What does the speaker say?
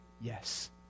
yes